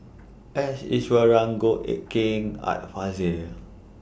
S Iswaran Goh Eck Kheng Art Fazil